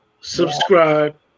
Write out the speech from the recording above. subscribe